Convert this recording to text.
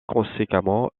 conséquemment